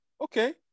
okay